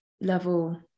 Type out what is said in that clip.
level